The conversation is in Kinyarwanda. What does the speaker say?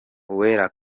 uwera